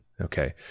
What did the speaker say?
okay